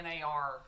NAR